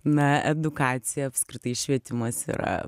na edukacija apskritai švietimas yra